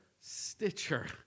Stitcher